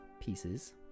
pieces